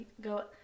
go